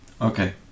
Okay